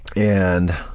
and